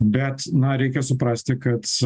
bet na reikia suprasti kad